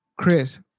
Chris